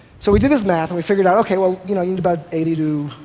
so we did this math, and we figured out, ok, well, you know you need about eighty to,